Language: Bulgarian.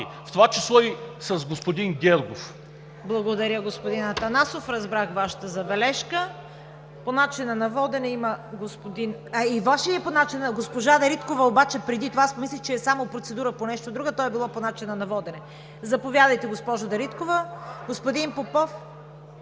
в това число и с господин Гергов.